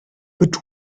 but